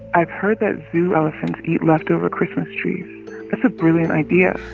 i've heard that zoo elephants eat leftover christmas trees. that's a brilliant idea.